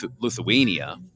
Lithuania